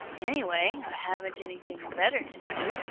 anyway, i haven't anything better to do,